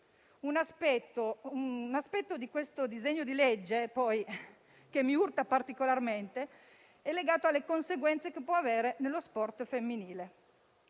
Un aspetto di questo disegno di legge che mi urta particolarmente è legato alle conseguenze che può avere nello sport femminile.